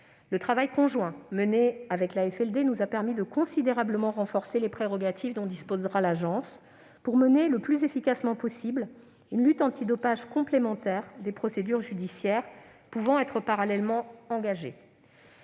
le travail conjoint mené avec l'AFLD nous a permis de considérablement renforcer les prérogatives dont disposera l'Agence pour mener le plus efficacement possible une lutte antidopage complémentaire des procédures judiciaires pouvant être parallèlement engagées.